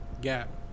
gap